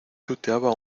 tuteaba